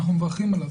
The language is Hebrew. אנחנו מברכים עליו,